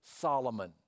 Solomon